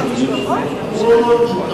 לי יש סבלנות, אדוני היושב-ראש.